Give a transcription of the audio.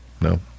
No